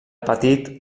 petit